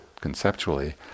conceptually